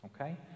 okay